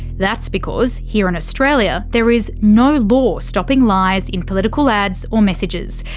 that's because here in australia there is no law stopping lies in political ads or messages.